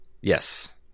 Yes